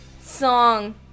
song